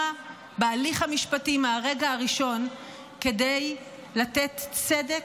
בהליך המשפטי מהרגע הראשון כדי לתת צדק,